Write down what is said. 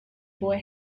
boy